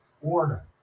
order